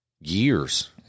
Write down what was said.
Years